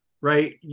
right